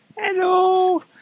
Hello